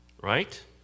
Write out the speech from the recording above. right